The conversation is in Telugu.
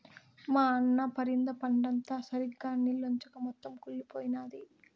మా అన్న పరింద పంటంతా సరిగ్గా నిల్చొంచక మొత్తం కుళ్లిపోయినాది